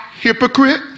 hypocrite